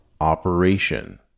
operation